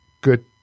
good